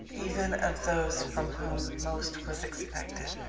even of those from whom most was expected.